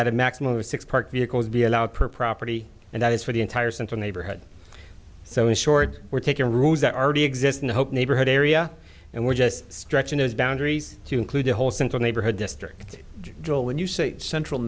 that a maximum of six park vehicles be allowed per property and that is for the entire central neighborhood so in short we're taking rules that already exist in the hope neighborhood area and we're just stretching those boundaries to include the whole central neighborhood district joel when you say central